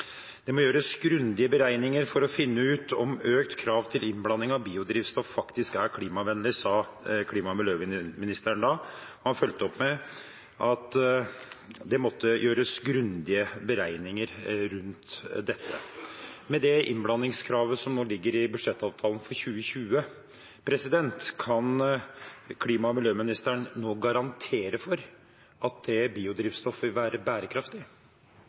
«Det må gjøres grundige beregninger for å finne ut om økt krav til innblanding av biodrivstoff faktisk er klimavennlig», sa klima- og miljøministeren da. Han fulgte opp med at det måtte gjøres grundige beregninger av dette. Med det innblandingskravet som nå ligger i budsjettavtalen for 2020, kan klima- og miljøministeren nå garantere for at det biodrivstoffet vil være bærekraftig?